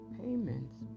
payments